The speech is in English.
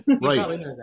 right